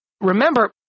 Remember